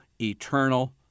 eternal